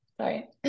sorry